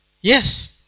Yes